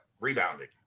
rebounding